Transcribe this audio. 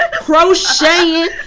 crocheting